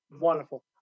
Wonderful